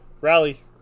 Rally